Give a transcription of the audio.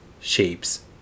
shapes